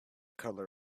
color